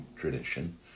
tradition